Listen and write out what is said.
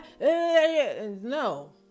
no